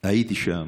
הייתי שם.